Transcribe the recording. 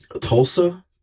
Tulsa